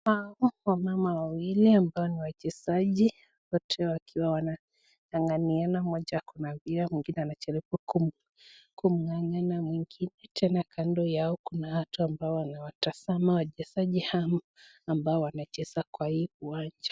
Hawa wamama wawili ambao ni wachezaji wote wakiwa wananganganiana moja ako na mpira na mwingine anajaribu kumnyanganya mwingine. Tena kando yao kuna watu ambao wanawatazama wachezaji hao ambao wanacheza kwa hii uwanja.